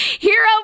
Hero